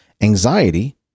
anxiety